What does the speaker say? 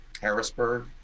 Harrisburg